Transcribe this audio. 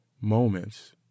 moments